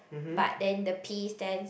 but then the P stands